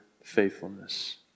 faithfulness